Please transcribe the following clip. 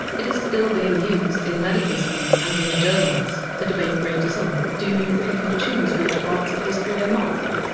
it is still being used in medical schools and in journals. the debate rages on. do you pick and choose which parts of history are marked?